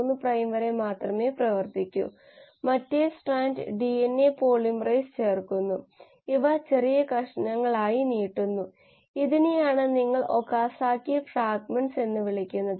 അതിനാൽ ഇതൊരു വഴക്കമുള്ള നോഡാണ് അതേസമയം C നോഡിൽ നമ്മൾ ഇത് മുറിച്ചതിനാൽ ഇതും ഛേദിക്കപ്പെട്ടു ഞങ്ങൾ ഇത് ഛേദിച്ചുകളയാൻ ഉദ്ദേശിച്ചിരുന്നില്ല എന്നാൽ ഞങ്ങൾ ഈ പാത വെട്ടിമാറ്റിയതുകൊണ്ട് ഇതും ഛേദിക്കപ്പെട്ടു അത്തരമൊരു നോഡിനെ ഒരു കർക്കശമായ നോഡ് എന്ന് വിളിക്കുന്നു